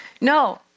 No